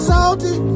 Salty